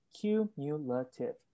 cumulative